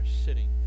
sitting